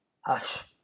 Hush